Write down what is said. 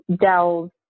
dell's